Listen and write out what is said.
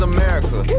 America